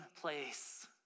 place